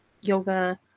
yoga